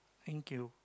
thank you